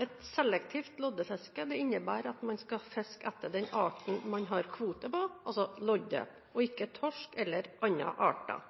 Et selektivt loddefiske innebærer at man skal fiske etter den arten man har kvote på, altså lodde, og ikke torsk eller andre arter.